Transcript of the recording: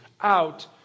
out